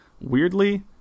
Weirdly